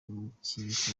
umukinnyikazi